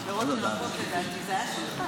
לדעתי זה היה שלך,